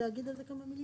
להגיד על זה כמה מילים?